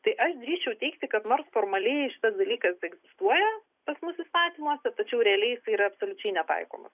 tai aš drįsčiau teigti kad nors formaliai šitas dalykas egzistuoja pas mus įstatymuose tačiau realiai jis yra absoliučiai netaikomas